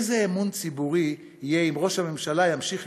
איזה אמון ציבורי יהיה אם ראש הממשלה ימשיך